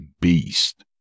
beast